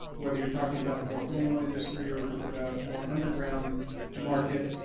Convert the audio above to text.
whether you're talking about the more formal industry or the more underground market,